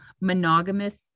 monogamous